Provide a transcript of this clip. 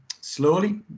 slowly